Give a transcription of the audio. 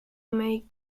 make